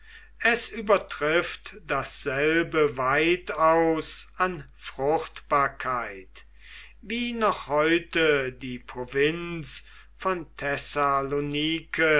es übertrifft dasselbe weitaus an fruchtbarkeit wie noch heute die provinz von